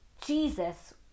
jesus